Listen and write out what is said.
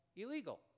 Illegal